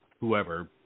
whoever